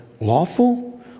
lawful